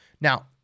Now